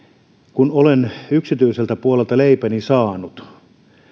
kun olen yksityiseltä puolelta leipäni saanut